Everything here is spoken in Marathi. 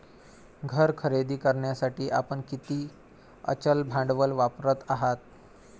घर खरेदी करण्यासाठी आपण किती अचल भांडवल वापरत आहात?